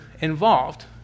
involved